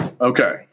Okay